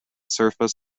surface